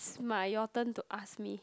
smart your turn to ask me